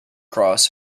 cross